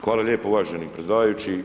Hvala lijepo uvaženi predsjedavajući.